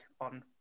on